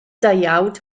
deuawd